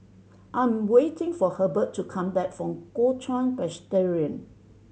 I'm waiting for Herbert to come back from Kuo Chuan Presbyterian